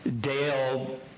Dale